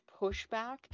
pushback